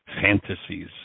fantasies